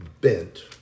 bent